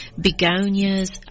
begonias